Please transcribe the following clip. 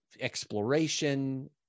exploration